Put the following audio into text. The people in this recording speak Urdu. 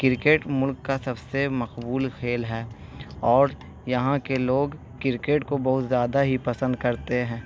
کرکٹ ملک کا سب سے مقبول کھیل ہے اور یہاں کے لوگ کرکٹ کو بہت زیادہ ہی پسند کرتے ہیں